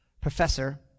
professor